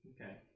Okay